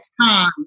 time